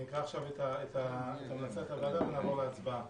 אני אקרא עכשיו את המלצת הוועדה ונעבור להצבעה.